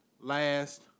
last